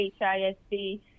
HISD